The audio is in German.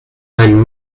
ein